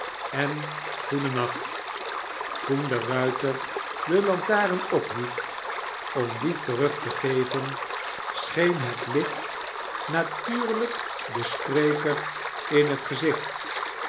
en goeden nacht toen de ruiter de lantaren ophief om die terug te geven scheen het licht natuurlijk den spreker in het gezicht